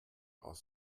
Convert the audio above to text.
aus